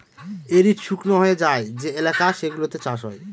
arid শুকনো হয়ে যায় যে এলাকা সেগুলোতে চাষ হয়